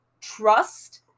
trust